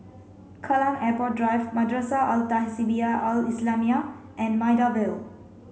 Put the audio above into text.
Kallang Airport Drive Madrasah Al Tahzibiah Al islamiah and Maida Vale